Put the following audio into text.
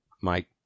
Mike